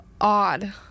odd